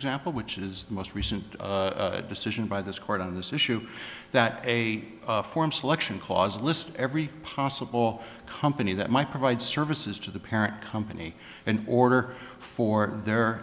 example which is the most recent decision by this court on this issue that a form selection causes list every possible company that might provide services to the parent company in order for there